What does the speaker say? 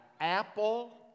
apple